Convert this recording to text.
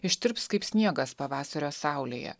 ištirps kaip sniegas pavasario saulėje